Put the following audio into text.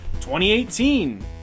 2018